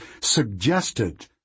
suggested